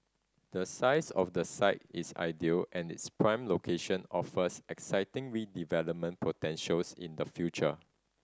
the size of the site is ideal and its prime location offers exciting redevelopment potentials in the future